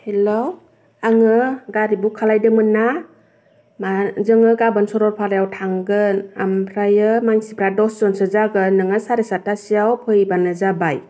hello आङो गारि book खालामदोंमोन ना मा जोङो गाबोन सरलपारायाव थांगोन ओमफ्राय मानसिफोरा दसजनसो जागोन नोङो सारे सात्तासोआव फैबानो जाबाय